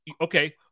Okay